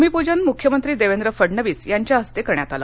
भूमीपूजन मुख्यमंत्री देवेंद्र फडणवीस यांच्या हस्ते करण्यात आल